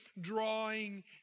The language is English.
drawing